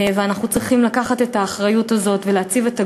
ואנחנו צריכים לקחת את האחריות הזאת ולהציב את הגבולות,